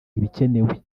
ibikenewe